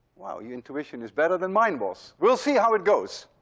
wow, your intuition is better than mine was. we'll see how it goes.